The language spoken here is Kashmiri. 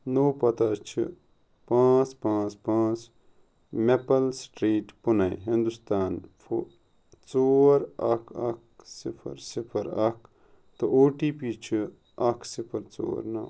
نوٚو پتہ چھ پانٛژھ پانٛژھ پانٛژھ Maple Street Pune Hindustan four ژور اکھ اکھ صفر صفر اکھ تہٕ او ٹی پی چھ اکھ صفر ژور نو